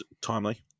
Timely